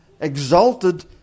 exalted